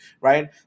right